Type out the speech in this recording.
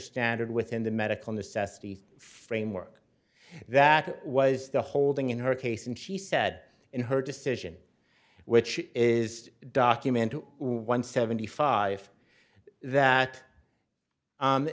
standard within the medical necessity framework that was the holding in her case and she said in her decision which is document one seventy five that